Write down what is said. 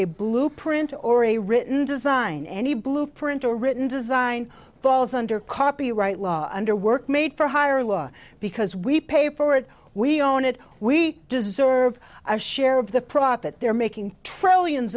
a blueprint or a written design any blueprint or written design falls under copyright law under work made for hire law because we paid for it we own it we deserve a share of the profit they're making trillions